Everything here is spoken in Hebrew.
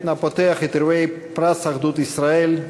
הפותח את אירועי פרס אחדות ישראל,